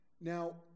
Now